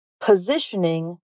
Positioning